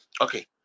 Okay